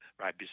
right